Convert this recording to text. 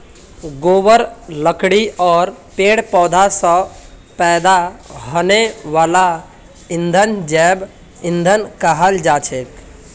गोबर लकड़ी आर पेड़ पौधा स पैदा हने वाला ईंधनक जैव ईंधन कहाल जाछेक